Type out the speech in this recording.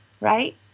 right